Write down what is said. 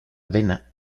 vena